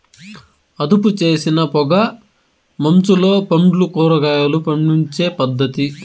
అదుపుచేసిన పొగ మంచులో పండ్లు, కూరగాయలు పండించే పద్ధతి